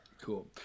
Cool